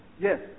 Yes